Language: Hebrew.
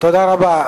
תודה רבה.